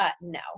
No